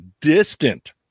distant